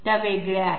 त्या वेगळ्या आहेत